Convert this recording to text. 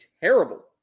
terrible